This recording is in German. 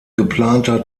geplanter